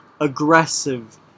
aggressive